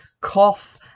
cough